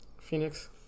Phoenix